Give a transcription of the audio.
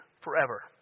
Forever